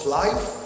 life